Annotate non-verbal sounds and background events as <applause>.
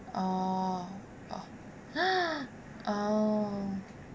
oh <breath> oh